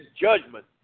judgment